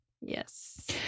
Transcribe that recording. Yes